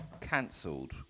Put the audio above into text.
Cancelled